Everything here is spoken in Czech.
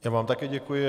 Já vám také děkuji.